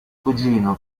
cugino